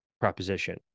proposition